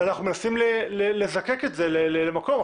ואנחנו מנסים לזקק את זה למקור.